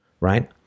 right